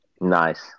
Nice